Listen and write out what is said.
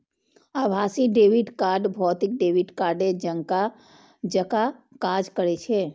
आभासी debit card भौतिक debit कार्डे जकां काज करै छै